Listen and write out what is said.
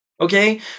okay